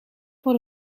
voor